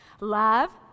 Love